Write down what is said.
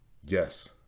Yes